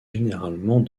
généralement